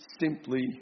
simply